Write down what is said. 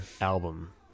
album